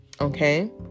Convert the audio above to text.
okay